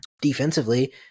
Defensively